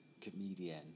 comedian